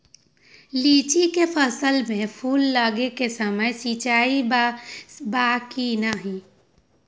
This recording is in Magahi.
लीची के फसल में फूल लगे के समय सिंचाई बा कि नही?